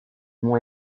mont